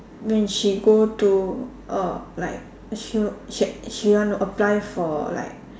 when she go to uh like she sh~ she want to apply for like